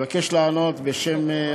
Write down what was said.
כמו כן,